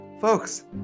Folks